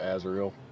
Azrael